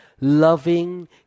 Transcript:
loving